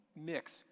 mix